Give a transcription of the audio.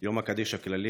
יום הקדיש הכללי,